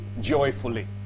joyfully